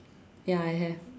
ya I have